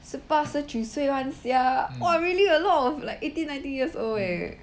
十八十九岁 one sia !wah! really a lot of like eighteen nineteen years old eh